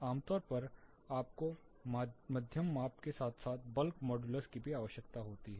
आमतौर पर आपको मध्यम माप के साथ साथ बल्क मॉड्यूलस की भी आवश्यकता होती है